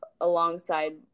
alongside